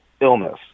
illness